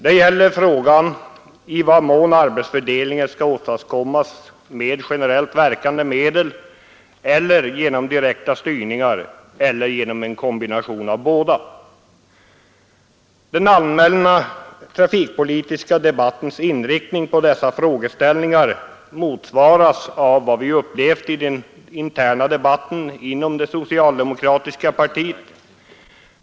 Det gäller frågan i vad mån arbetsfördelningen skall åstadkommas med generellt verkande medel, genom direkta styrningar eller genom en kombination av båda. Den allmänna trafikpolitiska debattens inriktning på dessa frågeställningar motsvaras av vad vi upplevt i den interna debatten inom det socialdemokratiska partiet.